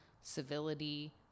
civility